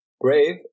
Brave